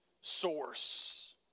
source